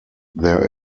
there